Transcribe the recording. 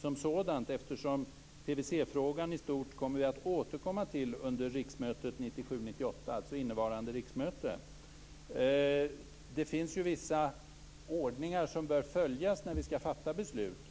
som sådant, eftersom vi kommer att återkomma till PVC frågan i stort under innevarande riksmöte. Det finns ju vissa ordningar som bör följas när vi skall fatta beslut.